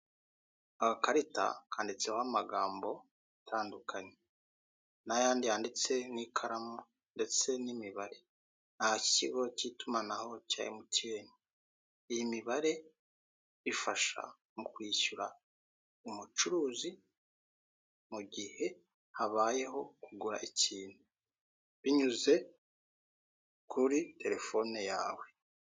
Agakarita kanditseho amagambo atandukanye, n'ayandi yanditse n'ikaramu ndetse n'imibare, ni ak'ikigo cyitumanaho cya emutiyene, iyi mibare ifasha mu kwishyura umucuruzi mu gihe habayeho kugura ikintu, binyuze kuri terefone yawe.